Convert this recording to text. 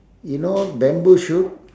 you know bamboo shoot